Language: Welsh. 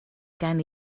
gen